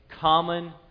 common